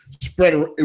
spread